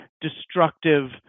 destructive